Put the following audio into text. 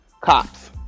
cops